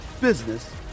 business